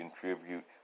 contribute